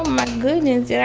my goodness. yeah